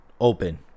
open